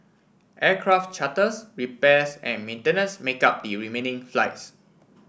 aircraft charters repairs and maintenance make up the remaining flights